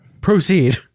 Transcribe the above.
Proceed